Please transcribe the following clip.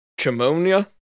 Chimonia